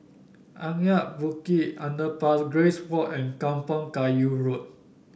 Anak Bukit Underpass Grace Walk and Kampong Kayu Road